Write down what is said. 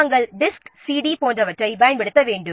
நாம் disk CD போன்றவற்றைப் பயன்படுத்த வேண்டும்